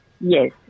Yes